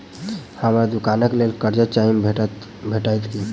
हमरा दुकानक लेल कर्जा चाहि भेटइत की?